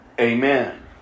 Amen